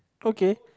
okay